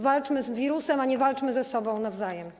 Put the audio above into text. Walczmy z wirusem, a nie walczmy ze sobą nawzajem.